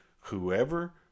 Whoever